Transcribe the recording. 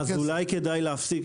אז אולי כדאי להפסיק.